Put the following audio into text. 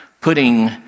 putting